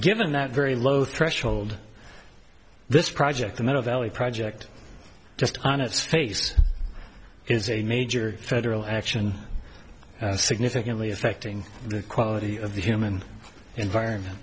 given that very low threshold this project the middle valley project just on its face is a major federal action significantly affecting the quality of the human environment